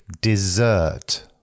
dessert